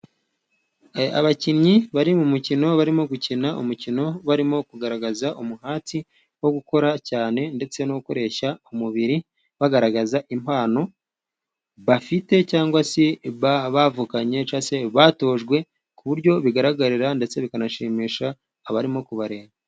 Abakinnyi bari mu mukino, barimo gukina umukino, bari kugaragaza umuhati wo gukora cyane, ndetse no gukoresha umubiri, bagaragaza impano bafite cyangwa se bavukanye , batojwe ku buryo bigaragara ,ndetse bikanashimisha abarimo kubareba.